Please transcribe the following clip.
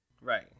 Right